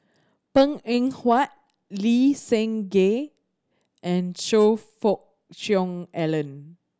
Png Eng Huat Lee Seng Gee and Choe Fook Cheong Alan